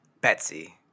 Betsy